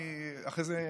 אחרי זה,